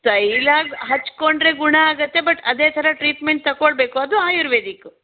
ತೈಲ ಹಚ್ಕೊಂಡ್ರೆ ಗುಣ ಆಗತ್ತೆ ಬಟ್ ಅದೇ ಥರ ಟ್ರೀಟ್ಮೆಂಟ್ ತಕೊಳ್ಬೇಕು ಅದು ಆಯುರ್ವೇದಿಕು